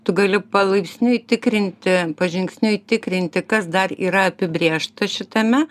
tu gali palaipsniui tikrinti pažingsniui tikrinti kas dar yra apibrėžta šitame